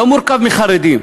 לא מורכב מחרדים,